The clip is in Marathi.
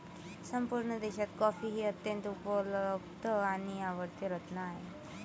संपूर्ण देशात कॉफी हे अत्यंत उपलब्ध आणि आवडते रत्न आहे